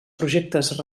projectes